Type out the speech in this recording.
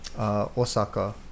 Osaka